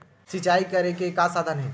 सिंचाई करे के का साधन हे?